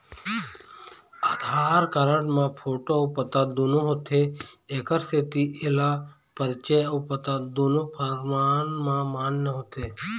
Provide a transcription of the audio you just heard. आधार card म photo अउ पता दुनो होथे एखर सेती एला परिचय अउ पता दुनो परमान म मान्य होथे